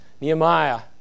Nehemiah